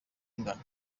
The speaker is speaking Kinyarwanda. ingano